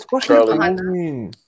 Charlie